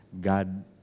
God